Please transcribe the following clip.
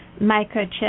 microchip